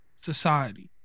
society